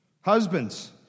Husbands